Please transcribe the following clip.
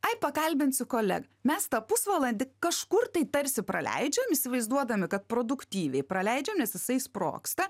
ai pakalbinsiu kolegą mes tą pusvalandį kažkur tai tarsi praleidžiam įsivaizduodami kad produktyviai praleidžiam nes jisai sprogsta